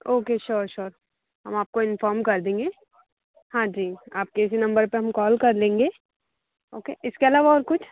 okay sure sure हम आपको inform कर देंगे हाँ जी आप इसी नंबर पर हम कॉल कर लेंगे ओके इसके अलावा और कुछ